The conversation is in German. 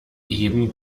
eben